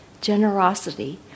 generosity